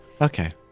Okay